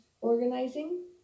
organizing